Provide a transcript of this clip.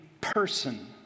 person